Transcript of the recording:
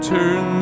Turn